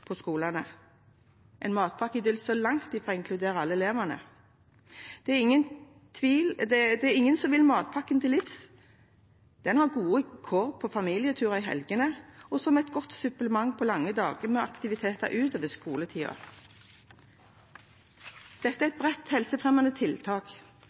skolene, en matpakkeidyll som langt ifra inkluderer alle elevene. Det er ingen som vil matpakken til livs, den har gode kår på familieturer i helgene og som et godt supplement på lange dager med aktiviteter utover skoletiden. Dette er